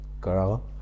girl